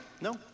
No